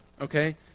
Okay